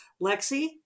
Lexi